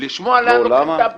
לשמוע לאן לוקחים את האבסורד.